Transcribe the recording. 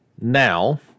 now